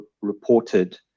reported